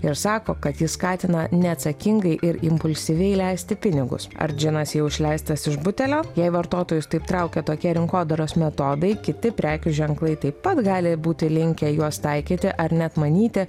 ir sako kad jis skatina neatsakingai ir impulsyviai leisti pinigus ar džinas jau išleistas iš butelio jei vartotojus taip traukia tokie rinkodaros metodai kiti prekių ženklai taip pat gali būti linkę juos taikyti ar net manyti